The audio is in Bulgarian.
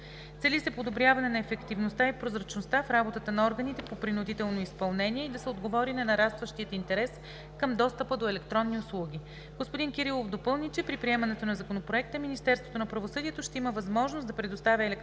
Цели се подобряване на ефективността и прозрачността в работата на органите по принудително изпълнение и да се отговори на нарастващия интерес към достъпа до електронни услуги. Господин Кирилов допълни, че при приемането на Законопроекта Министерството на правосъдието ще има възможност да предоставя електронни